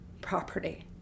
property